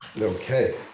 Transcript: Okay